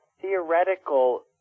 theoretical